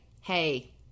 hey